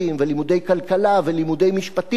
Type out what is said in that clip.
לימודי כלכלה ולימודי משפטים.